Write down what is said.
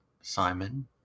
Simon